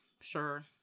sure